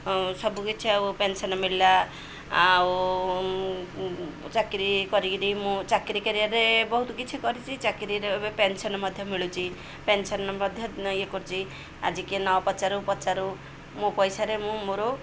ସବୁ କିିଛି ଆଉ ପେନ୍ସନ୍ ମିଳିଲା ଆଉ ଚାକିରି କରିକିରି ମୁଁ ଚାକିରୀ କ୍ୟାରିୟର୍ରେ ବହୁତ କିଛି କରିଛି ଚାକିରିରେ ଏବେ ପେନ୍ସନ୍ ମଧ୍ୟ ମିଳୁଛି ପେନ୍ସନ୍ ମଧ୍ୟ ଇଏ କରୁଛି ଆଜି କି ନ ପଚାରୁ ପଚାରୁ ମୋ ପଇସାରେ ମୁଁ ମୋର